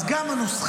אז גם הנוסחאות,